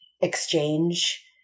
exchange